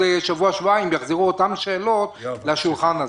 שבוע שבועיים יחזרו אותן שאלות לשולחן הזה.